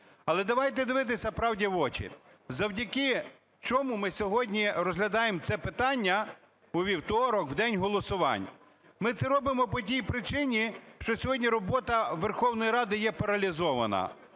Але давайте дивитися правді в очі, завдяки чому ми сьогодні розглядаємо це питання, у вівторок, в день голосувань? Ми це робимо по тій причині, що сьогодні робота Верховної Ради є паралізована.